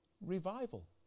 revival